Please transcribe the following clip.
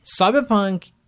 Cyberpunk